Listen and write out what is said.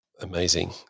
Amazing